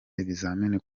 ibizamini